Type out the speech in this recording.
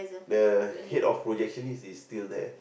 the head of project is is still there